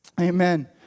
Amen